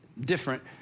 different